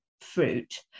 fruit